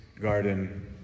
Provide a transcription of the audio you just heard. garden